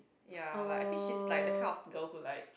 ya like I think she is like the kind of girl who like